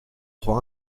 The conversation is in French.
droit